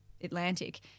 Atlantic –